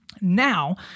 Now